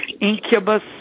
incubus